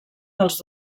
dels